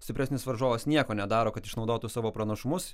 stipresnis varžovas nieko nedaro kad išnaudotų savo pranašumus